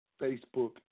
Facebook